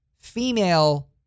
female